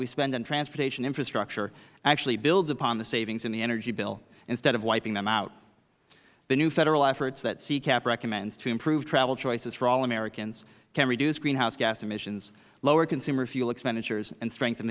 we spend on transportation infrastructure actually builds upon the savings in the energy bill instead of wiping them out the new federal efforts that ccap recommends to improve travel choices for all americans can reduce greenhouse gas emissions lower consumer fuel expenditures and strengthen